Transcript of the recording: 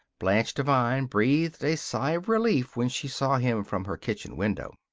blanche devine breathed a sigh of relief when she saw him from her kitchen window.